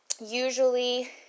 Usually